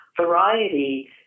variety